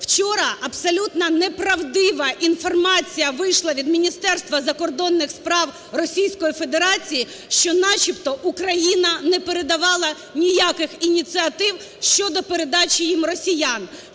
Вчора абсолютно неправдива інформація вийшла від Міністерства закордонних справ Російської Федерації, що начебто Україна не передавала ніяких ініціатив щодо передачі їм росіян.